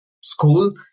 school